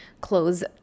close